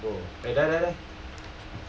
bro bro bro eh there there there